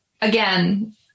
again